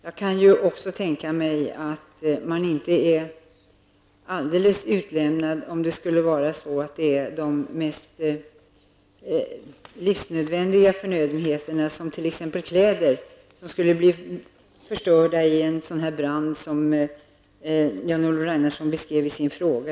Jag kan inte heller tänka mig att de asylsökande blir alldeles utlämnade om det skulle vara de mest livsnödvändiga förnödenheterna, t.ex. kläder, som blir förstörda i en brand av det slag som Jan-Olof Ragnarsson beskriver i sin fråga.